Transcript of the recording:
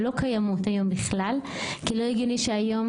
שלא קיימות היום בכלל וזה לא הגיוני שהיום